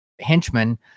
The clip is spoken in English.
henchman